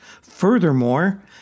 Furthermore